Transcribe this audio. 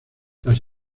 las